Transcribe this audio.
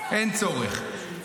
אין צורך.